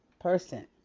person